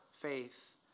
faith